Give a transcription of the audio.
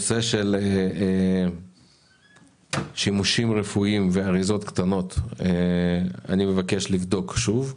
גם את הנושא של שימושים רפואיים ואריזות קטנות אני מבקש לבדוק שוב.